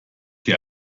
hier